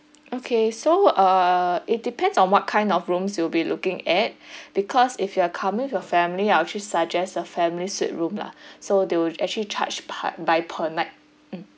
okay so uh it depends on what kind of rooms you'll be looking at because if you are coming with your family I'll actually suggest the family suite room lah so they will actually charge part by per night mm